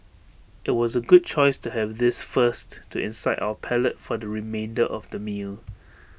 IT was A good choice to have this first to incite our palate for the remainder of the meal